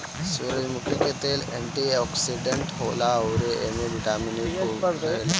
सूरजमुखी के तेल एंटी ओक्सिडेंट होला अउरी एमे बिटामिन इ खूब रहेला